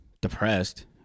depressed